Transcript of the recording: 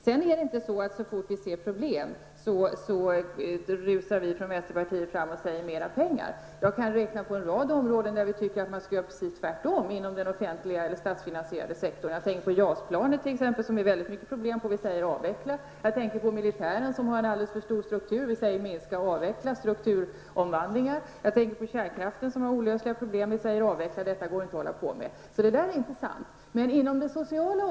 Det är inte så, att så fort vi ser problem rusar vi från vänsterpartiet fram och säger: Mer pengar. Jag kan räkna upp en rad områden där vi tycker att man skall göra precis tvärtom inom den offentliga eller statsfinansierade sektorn. Jag tänker på JAS-planet som innebär väldigt många problem. Vi säger: Avveckla! Jag tänker på militären som har en alldeles för stor struktur. Vi säger: Minska, avveckla och genomför strukturomvandlingar! Jag tänker på kärnkraften, som har olösliga problem. Vi säger: Avveckla, detta går inte att hålla på med! Så det påståendet var inte sant.